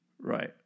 right